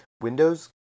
windows